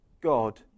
God